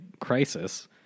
crisis